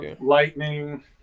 lightning